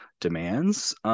demands